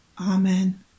Amen